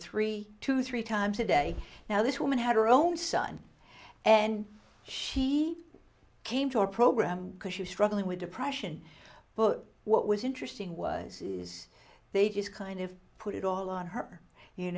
three to three times a day now this woman had her own son and she came to our program because she's struggling with depression but what was interesting was is they just kind of put it all on her you